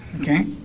okay